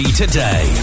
today